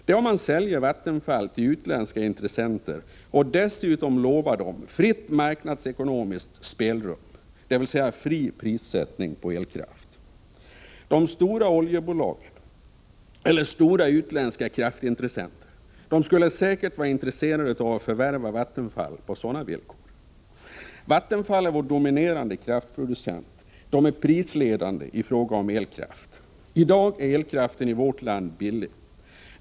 Man kan sälja Vattenfall till utländska intressenter och dessutom lova dem fritt marknadsekonomiskt spelrum, dvs. fri prissättning på elkraft. De stora oljebolagen eller stora utländska kraftintressenter skulle säkert vara intresserade av att förvärva Vattenfall på sådana villkor. Vattenfall är vår dominerande kraftproducent och är prisledande i fråga om elkraft. I dag är elkraften i vårt land billig.